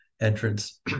entrance